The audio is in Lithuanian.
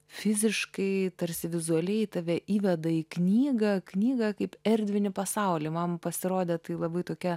fiziškai tarsi vizualiai tave įveda į knygą knygą kaip erdvinį pasaulį man pasirodė tai labai tokia